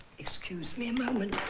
excuse me a moment.